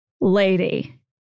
Lady